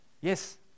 Yes